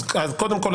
אז קודם כל,